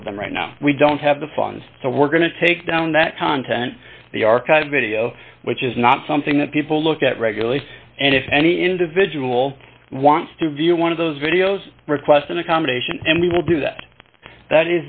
all of them right now we don't have the funds so we're going to take down that content the archive video which is not something that people look at regularly and if any individual wants to view one of those videos request an accommodation and we will do that that